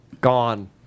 Gone